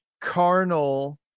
carnal